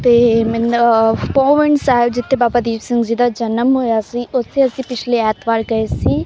ਅਤੇ ਮੈਨੂੰ ਪਹੁਵਨ ਸਾਹਿਬ ਜਿੱਥੇ ਬਾਬਾ ਦੀਪ ਸਿੰਘ ਜੀ ਦਾ ਜਨਮ ਹੋਇਆ ਸੀ ਉੱਥੇ ਅਸੀਂ ਪਿਛਲੇ ਐਤਵਾਰ ਗਏ ਸੀ